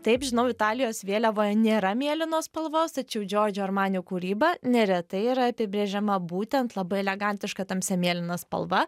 taip žinau italijos vėliavoje nėra mėlynos spalvos tačiau giorgio armani kūryba neretai yra apibrėžiama būtent labai elegantiška tamsia mėlyna spalva